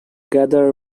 gather